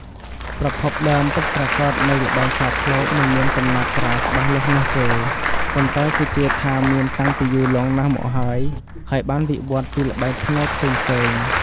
ប្រភពដើមពិតប្រាកដនៃល្បែងខ្លាឃ្លោកមិនមានកំណត់ត្រាច្បាស់លាស់នោះទេ ប៉ុន្តែគេជឿថាវាមានតាំងពីយូរលង់ណាស់មកហើយ ហើយបានវិវត្តន៍ពីល្បែងភ្នាល់ផ្សេងៗ។